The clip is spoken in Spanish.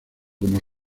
como